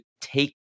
take